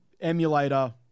emulator